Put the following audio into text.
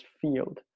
field